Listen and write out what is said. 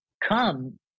come